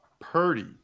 Purdy